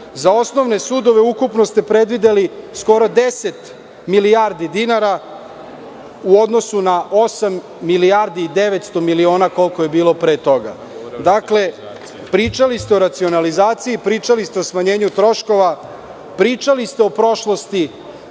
Za osnovne sudove ukupno ste predvideli skoro 10 milijardi dinara u odnosu na 8 milijardi i 900 miliona koliko je bilo pre toga. Pričali ste o racionalizaciji, pričali ste o smanjenju troškova, pričali ste o prošlosti.